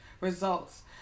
results